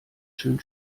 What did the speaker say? schön